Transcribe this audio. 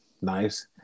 nice